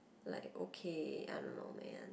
like okay I don't know man